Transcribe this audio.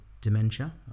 dementia